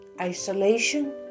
Isolation